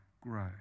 grow